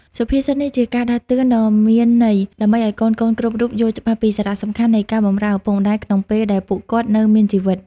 សុភាសិតនេះជាការដាស់តឿនដ៏មានន័យ ដើម្បីឲ្យកូនៗគ្រប់រូបយល់ច្បាស់ពីសារៈសំខាន់នៃការបម្រើឪពុកម្តាយក្នុងពេលដែលពួកគាត់នៅមានជីវិត។